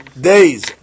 days